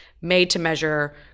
made-to-measure